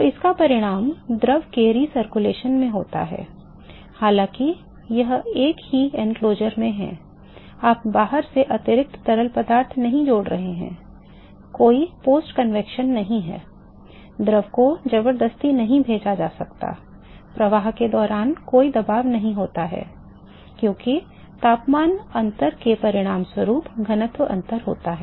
तो इसका परिणाम द्रव के पुनरावर्तन में होता है हालांकि यह एक ही बाड़े में है आप बाहर से अतिरिक्त तरल पदार्थ नहीं जोड़ रहे हैं कोई पोस्ट संवहन नहीं है द्रव को जबरदस्ती नहीं भेजा जा सकता है प्रवाह के दौरान कोई दबाव नहीं होता है क्योंकि तापमान अंतर के परिणामस्वरूप घनत्व अंतर होता है